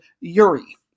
Yuri